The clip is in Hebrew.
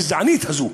הגזענית הזאת,